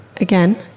again